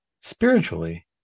spiritually